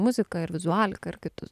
muziką ir vizualiką ir kitus